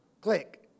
click